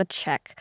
check